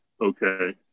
Okay